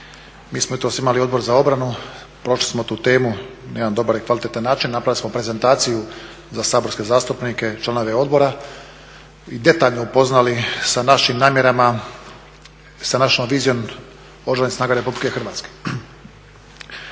Mi smo jutros imali Odbor za obranu i prošli smo tu temu na jedan dobar i kvalitetan način. Napravili smo prezentaciju za saborske zastupnike i članove odbora i detaljno upoznali sa našim namjerama, sa našom vizijom Oružanih snaga RH.